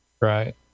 Right